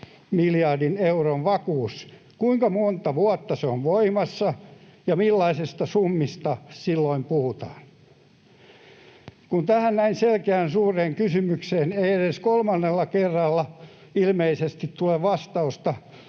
miljardin euron vakuus, kuinka monta vuotta se on voimassa, ja millaisista summista silloin puhutaan? Kun tähän näin selkeään ja suureen kysymykseen ei edes kolmannella kerralla ilmeisesti tule vastausta,